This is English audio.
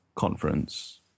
conference